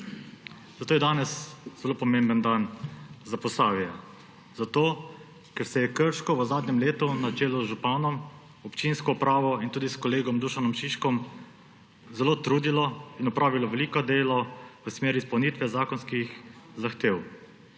Zato je danes zelo pomemben dan za Posavje, ker se je Krško v zadnjem letu na čelu z županom, občinsko upravo in tudi s kolegom Dušanom Šiškom zelo trudilo in opravilo veliko delo v smeri izpolnitve zakonskih zahtev.